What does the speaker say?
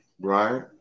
right